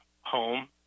home